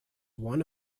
one